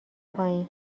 پایین